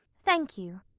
thank you.